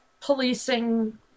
policing